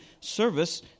service